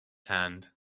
hand